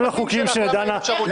תשאלי את שר המשפטים שלך למה אין אפשרות.